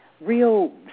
real